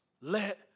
Let